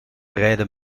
rijden